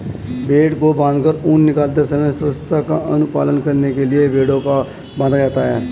भेंड़ को बाँधकर ऊन निकालते समय स्वच्छता का अनुपालन करने के लिए भेंड़ों को बाँधा जाता है